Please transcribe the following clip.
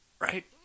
right